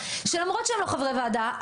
שלמרות שהם לא חברי ועדה,